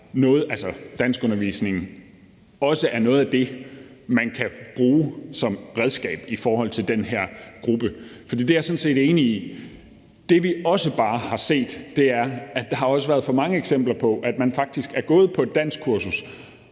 at danskundervisning også er noget af det, man kan bruge som redskab i forhold til den her gruppe. Det er jeg sådan set enig i. Det, vi også bare har set, er, at der har været for mange eksempler på, at man faktisk er gået på et danskkursus,